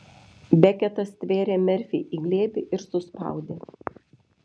beketas stvėrė merfį į glėbį ir suspaudė